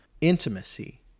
intimacy